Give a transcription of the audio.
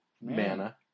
mana